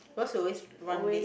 because you always run late